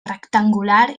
rectangular